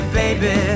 baby